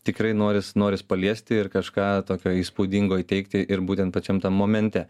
tikrai noris noris paliesti ir kažką tokio įspūdingo įteikti ir būtent pačiam tam momente